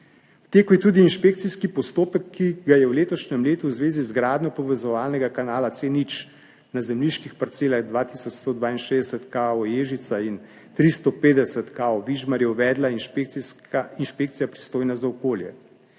V teku je tudi inšpekcijski postopek, ki ga je v letošnjem letu v zvezi z gradnjo povezovalnega kanala C0 na zemljiških parcelah 2162 k. o. Ježica in 350 k. o. Vižmarje uvedla inšpekcija, pristojna za okolje.